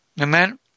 Amen